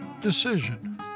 decision